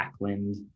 Backlund